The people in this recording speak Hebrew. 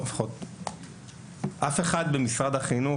במשרד החינוך,